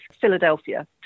Philadelphia